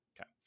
Okay